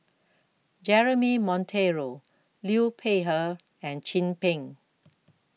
Jeremy Monteiro Liu Peihe and Chin Peng